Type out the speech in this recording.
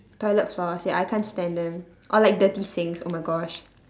toilet floors ya I can't stand them or like dirty sinks oh my gosh